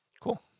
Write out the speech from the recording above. cool